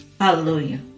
Hallelujah